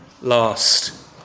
last